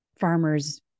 farmer's